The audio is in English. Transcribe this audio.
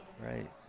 Right